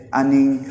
aning